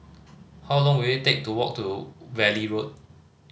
how long will it take to walk to Valley Road